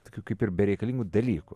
tokių kaip ir bereikalingų dalykų